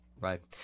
Right